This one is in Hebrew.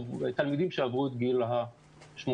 תלמידים שעברו את גיל ה-18.